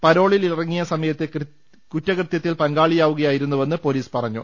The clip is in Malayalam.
പരോളിലിറങ്ങിയ സമയത്ത് കുറ്റകൃത്യത്തിൽ പങ്കാളിയാവുകയായിരുന്നുവെന്ന് പൊലീസ് പറ ഞ്ഞു